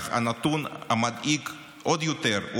אך הנתון המדאיג עוד יותר הוא